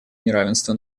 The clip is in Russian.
неравенства